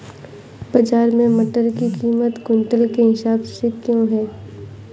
बाजार में मटर की कीमत क्विंटल के हिसाब से क्यो है?